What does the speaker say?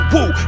Woo